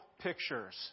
pictures